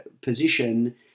position